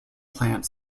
plant